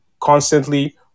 constantly